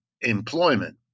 employment